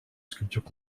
sculptures